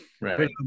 Right